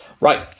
right